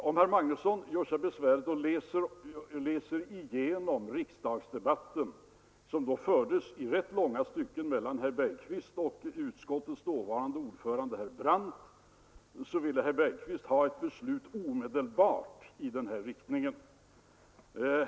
Om herr Magnusson gör sig besväret att läsa igenom protokollet från riksdagsdebatten, som då i rätt långa stycken fördes mellan herr Bergqvist och utskottets dåvarande ordförande, herr Brandt, skall han finna att herr Bergqvist ville ha ett beslut omedelbart i den här riktningen.